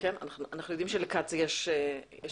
אנחנו יודעים שלקצ"א יש היסטוריה.